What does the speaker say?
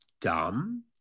dumb